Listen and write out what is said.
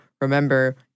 remember